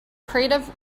crative